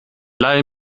leihe